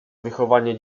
wychowanie